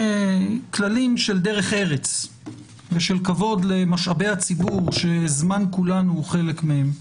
כללים של דרך ארץ ושל כבוד למשאבי הציבור שזמן כולנו הוא חלק מהם.